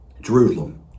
Jerusalem